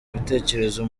ibitekerezo